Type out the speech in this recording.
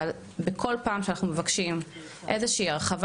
אבל בכל פעם שאנחנו מבקשים איזו שהיא הרחבה